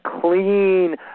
clean